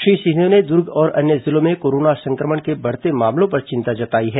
श्री सिंहदेव ने दुर्ग और अन्य जिलों में कोरोना संक्रमण के बढ़ते मामलों पर चिंता जताई है